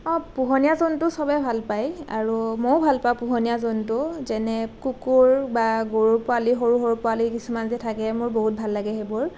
অ পোহনীয়া জন্তু সবেই ভাল পায় আৰু মইও ভাল পাওঁ পোহনীয়া জন্তু যেনে কুকুৰ বা গৰু পোৱালি সৰু সৰু পোৱালি কিছুমান যে থাকে মোৰ বহুত ভাল লাগে সেইবোৰ